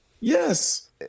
Yes